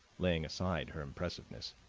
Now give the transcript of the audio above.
laying aside her impressiveness.